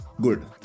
good